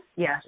Yes